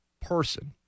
person